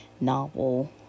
novel